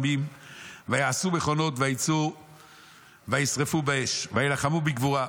ויעשו מכונות ויצאו וישרפון באש ויילחמו בגבורה.